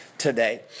Today